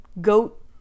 goat